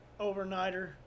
overnighter